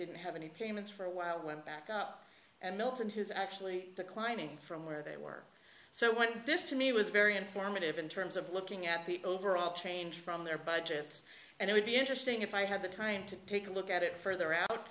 didn't have any payments for a while went back up and milton who's actually declining from where they were so when this to me was very informative in terms of looking at people's overall change from their budgets and it would be interesting if i had the time to take a look at it further out